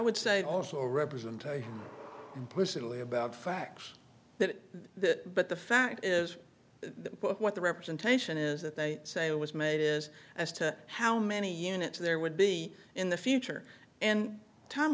would say also representations implicitly about facts that the but the fact is that what the representation is that they say was made is as to how many units there would be in the future and t